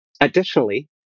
Additionally